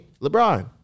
LeBron